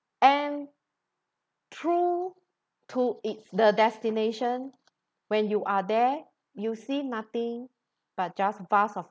and true to it's the destination when you are there you see nothing but just vast of